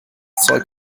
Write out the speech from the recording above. zeug